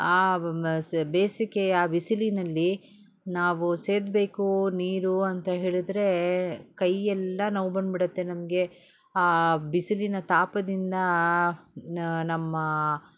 ಬೇಸಿಗೆಯಾ ಬಿಸಿಲಿನಲ್ಲಿ ನಾವು ಸೇದಬೇಕೂ ನೀರು ಅಂತ ಹೇಳಿದರೆ ಕೈಯೆಲ್ಲ ನೋವು ಬಂದುಬಿಡತ್ತೆ ನಮಗೆ ಆ ಬಿಸಿಲಿನ ತಾಪದಿಂದ ನಮ್ಮ